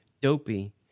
Dopey